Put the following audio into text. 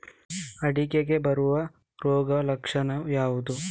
ಅಡಿಕೆಗೆ ಬರುವ ರೋಗದ ಲಕ್ಷಣ ಯಾವುದು?